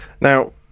Now